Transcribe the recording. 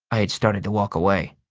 i had started to walk away.